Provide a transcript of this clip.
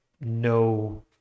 no